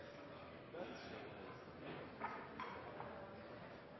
Jensen